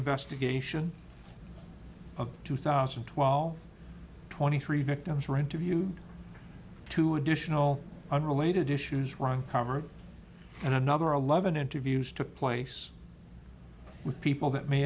investigation of two thousand and twelve twenty three victims were interviewed two additional unrelated issues run covered and another eleven interviews took place with people that may